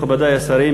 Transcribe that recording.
מכובדי השרים,